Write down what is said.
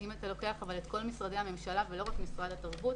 אם אתה לוקח את כל משרדי הממשלה ולא רק משרד התרבות,